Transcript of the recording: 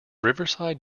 riverside